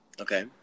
Okay